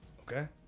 Okay